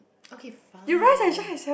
okay fine